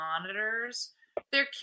monitors—they're